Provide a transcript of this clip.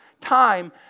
time